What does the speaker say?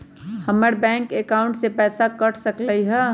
हमर bank account से पैसा कट सकलइ ह?